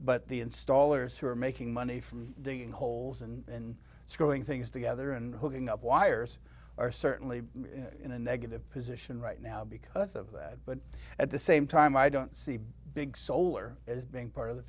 but the installers who are making money from doing holes and growing things together and hooking up wires are certainly in a negative position right now because of that but at the same time i don't see big solar as being part of the